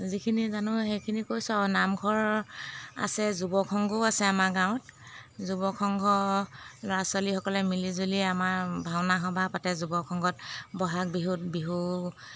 যিখিনি জানো সেইখিনি কৈছোঁ আৰু নামঘৰ আছে যুৱক সংঘও আছে আমাৰ গাঁৱত যুৱক সংঘ ল'ৰা ছোৱালীসকলে মিলি জুলি আমাৰ ভাওনা সবাহ পাতে যুৱক সংঘত বহাগ বিহুত বিহু